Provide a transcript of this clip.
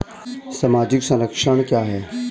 सामाजिक संरक्षण क्या है?